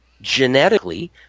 genetically